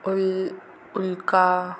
उल उल्का